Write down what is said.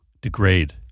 degrade